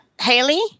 Haley